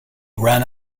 ran